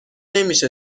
نمیشه